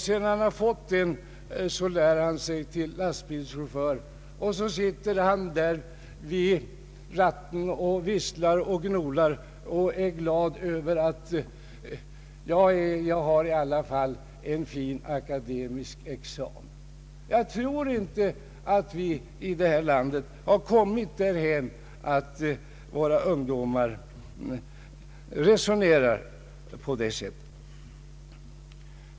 Sedan han tagit den utbildar han sig alltså till lastbilschaufför; sedan sitter han, tror man, vid ratten och visslar och gnolar och är glad över att har i alla fall har en fin akademisk examen. Jag tror inte att vi i detta land har kommit därhän att våra ungdomar resoncrar på det sättet.